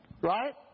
Right